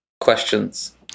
Questions